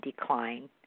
decline